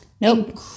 Nope